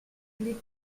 les